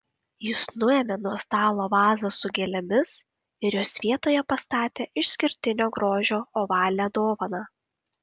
jis nuėmė nuo stalo vazą su gėlėmis ir jos vietoje pastatė išskirtinio grožio ovalią dovaną